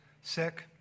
sick